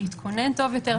להתכונן טוב יותר,